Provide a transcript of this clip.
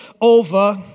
over